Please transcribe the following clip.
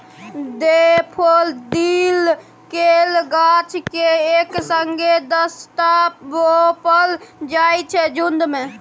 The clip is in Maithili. डेफोडिल केर गाछ केँ एक संगे दसटा रोपल जाइ छै झुण्ड मे